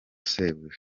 sebuja